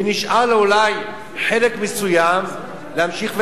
ונשאר לו אולי חלק מסוים להמשיך ולשלם,